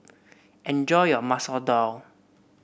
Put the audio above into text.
enjoy your Masoor Dal